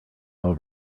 all